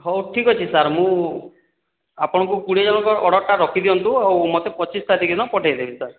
ହଉ ଠିକ୍ ଅଛି ସାର୍ ମୁଁ ଆପଣଙ୍କୁ କୋଡ଼ିଏ ଜଣଙ୍କ ଅର୍ଡରଟା ରଖିଦିଅନ୍ତୁ ଆଉ ମତେ ପଚିଶ ତାରିଖ ଦିନ ପଠେଇଦେବେ ସାର୍